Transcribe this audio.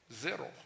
zero